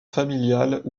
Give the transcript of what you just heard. familiales